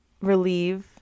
relieve